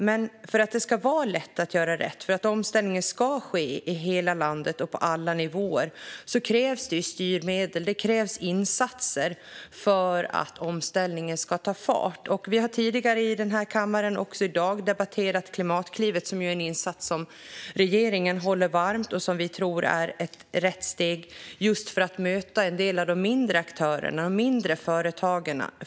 Men för att det ska vara lätt att göra rätt och för att omställningen ska ske i hela landet och på alla nivåer krävs det styrmedel och insatser för att den ska ta fart. Vi har tidigare i den här kammaren, också i dag, debatterat Klimatklivet, som ju är en insats som regeringen håller högt och som vi tror är ett rätt steg just för att möta en del av de mindre aktörerna och företagen.